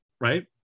right